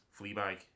Fleabag